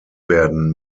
werden